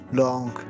long